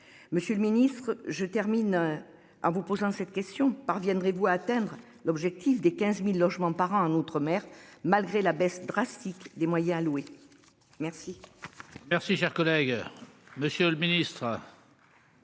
Monsieur le Ministre, je termine. En vous posant cette question parviendrez-vous à atteindre l'objectif des 15.000 logements par an en outre-mer malgré la baisse drastique des moyens alloués. Merci.